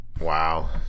Wow